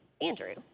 Andrew